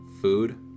food